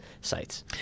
sites